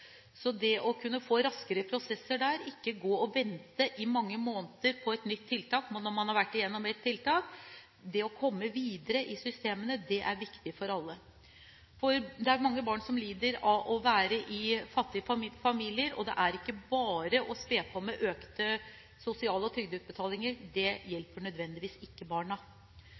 Det er viktig for alle å kunne få raskere prosesser der, at man kommer videre i systemene, slik at man ikke går og venter i mange måneder på et nytt tiltak når man har vært igjennom ett tiltak. Det er mange barn som lider under å være i fattige familier, og det er ikke bare å spe på med økt sosialhjelp og trygdeutbetalinger. Det hjelper ikke nødvendigvis barna.